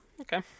Okay